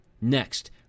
Next